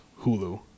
Hulu